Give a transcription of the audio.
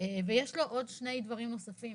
ויש לו עוד שני דברים נוספים,